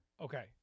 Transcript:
Okay